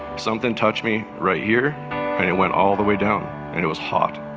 something touched me right here and it went all the way down and it was hot.